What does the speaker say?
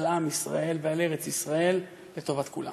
על עם ישראל ועל ארץ ישראל לטובת כולם.